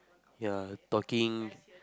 ya talking